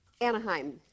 Anaheim